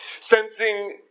Sensing